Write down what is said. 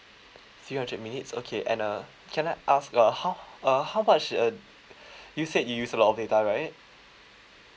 three hundred minutes okay and uh can I ask uh how uh how much uh you said you use a lot of data right